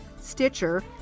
Stitcher